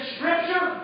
Scripture